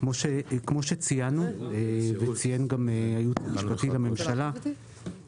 כמו שציינו וציין גם היועץ המשפטי לממשלה,